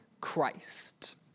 Christ